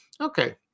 Okay